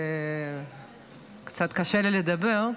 וקצת קשה לי לדבר,